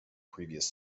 previous